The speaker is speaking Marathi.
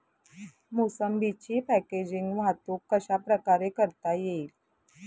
मोसंबीची पॅकेजिंग वाहतूक कशाप्रकारे करता येईल?